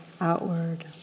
outward